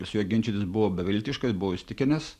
su juo ginčytis buvo beviltiška jis buvo įsitikinęs